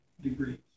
degrees